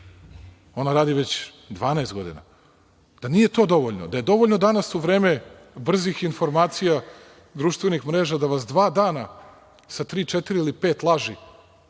ona radi već 12 godina, da nije to dovoljno. Dovoljno je danas u vreme brzih informacija, društvenih mreža da vas dva dana sa tri, četiri ili